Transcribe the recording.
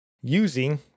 using